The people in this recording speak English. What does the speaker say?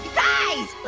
guys.